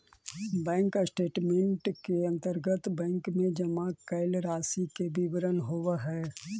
bank statement के अंतर्गत bank में जमा कैल राशि के विवरण होवऽ हइ